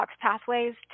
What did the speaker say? pathways